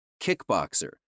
kickboxer